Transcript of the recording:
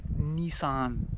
Nissan